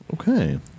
Okay